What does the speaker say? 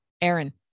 Aaron